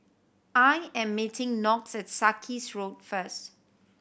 I am meeting Knox at Sarkies Road first